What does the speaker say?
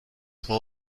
will